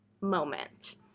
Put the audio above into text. moment